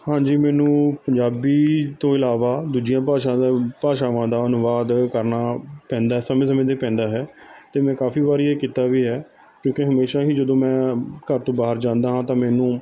ਹਾਂਜੀ ਮੈਨੂੰ ਪੰਜਾਬੀ ਤੋਂ ਇਲਾਵਾ ਦੂਜੀਆਂ ਭਾਸ਼ਾ ਦਾ ਭਾਸ਼ਾਵਾਂ ਦਾ ਅਨੁਵਾਦ ਕਰਨਾ ਪੈਂਦਾ ਸਮੇਂ ਸਮੇਂ 'ਤੇ ਪੈਂਦਾ ਹੈ ਅਤੇ ਮੈਂ ਕਾਫੀ ਵਾਰੀ ਇਹ ਕੀਤਾ ਵੀ ਹੈ ਕਿਉਂਕਿ ਹਮੇਸ਼ਾ ਹੀ ਜਦੋਂ ਮੈਂ ਘਰ ਤੋਂ ਬਾਹਰ ਜਾਂਦਾ ਹਾਂ ਤਾਂ ਮੈਨੂੰ